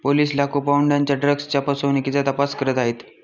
police लाखो पौंडांच्या ड्रग्जच्या फसवणुकीचा तपास करत आहेत